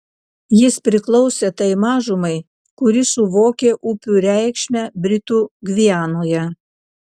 jis priklausė tai mažumai kuri suvokė upių reikšmę britų gvianoje